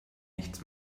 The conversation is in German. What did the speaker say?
nichts